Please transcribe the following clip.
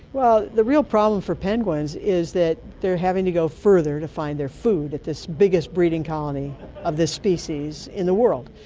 the real problem for penguins is that they're having to go further to find their food at this biggest breeding colony of this species in the world.